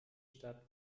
stadt